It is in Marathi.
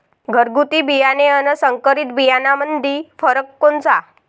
घरगुती बियाणे अन संकरीत बियाणामंदी फरक कोनचा?